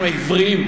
שאנחנו עיוורים,